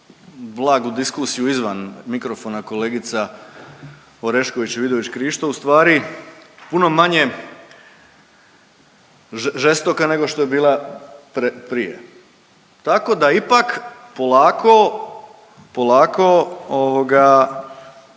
blagu diskusiju izvan mikrofona kolegica Orešković i Vidović Krišto, ustvari puno manje žestoka nego što je bila prije? Tako da ipak polako, polako ovoga